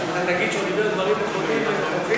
אתה תגיד שהוא דיבר דברים נכונים ונכוחים,